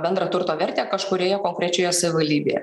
bendrą turto vertę kažkurioje konkrečioje savivaldybėje